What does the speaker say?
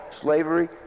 Slavery